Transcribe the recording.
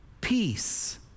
peace